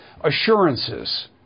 assurances